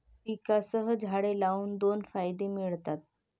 पिकांसह झाडे लावून दोन फायदे मिळतात